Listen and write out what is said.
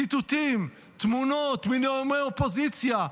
ציטוטים, תמונות מנאומי אופוזיציה.